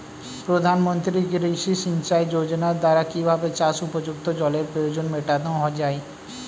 প্রধানমন্ত্রী কৃষি সিঞ্চাই যোজনার দ্বারা কিভাবে চাষ উপযুক্ত জলের প্রয়োজন মেটানো য়ায়?